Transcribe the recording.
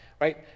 right